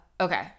Okay